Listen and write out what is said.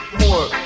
more